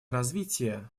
развитие